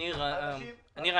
אנשים --- ניר,